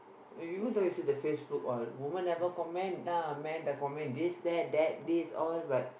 uh even though you see the Facebook all woman never comment ah men the comment this that that this all but